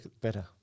better